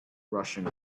rushing